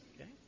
Okay